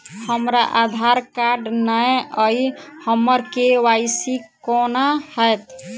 हमरा आधार कार्ड नै अई हम्मर के.वाई.सी कोना हैत?